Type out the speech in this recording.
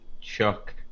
Chuck